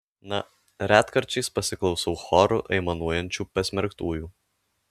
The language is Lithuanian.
na retkarčiais pasiklausau choru aimanuojančių pasmerktųjų